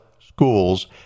schools